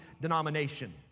denomination